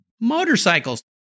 motorcycles